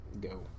go